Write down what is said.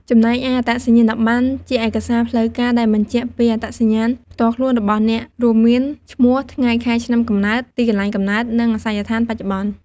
ចំណែកឯ អត្តសញ្ញាណប័ណ្ណ ជាឯកសារផ្លូវការដែលបញ្ជាក់ពីអត្តសញ្ញាណផ្ទាល់ខ្លួនរបស់អ្នក រួមមាន ឈ្មោះ ថ្ងៃខែឆ្នាំកំណើត ទីកន្លែងកំណើត និងអាសយដ្ឋានបច្ចុប្បន្ន។